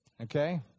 Okay